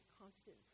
constant